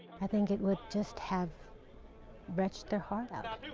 i think it would just have wretched their heart out. um